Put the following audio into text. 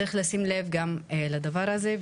צריך לשים לב גם לדבר הזה.